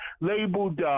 labeled